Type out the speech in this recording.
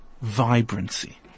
vibrancy